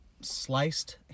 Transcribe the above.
sliced